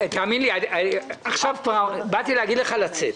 תאמין לי, עכשיו כבר באתי להגיד לך לצאת.